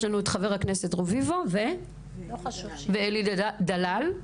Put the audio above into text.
יש לנו את חבר הכנסת רביבו ואלי דלאל,